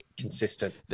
Consistent